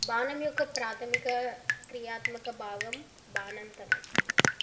బాణం యొక్క ప్రాథమిక క్రియాత్మక భాగం బాణంతల